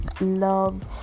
love